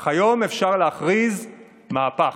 אך היום אפשר להכריז: מהפך.